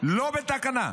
לא בתקנה.